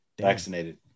vaccinated